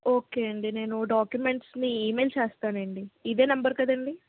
okay అండి నేను డాక్యుమెంట్స్ని ఈమెయిల్ చేస్తానండి ఇదే నెంబర్ కదండి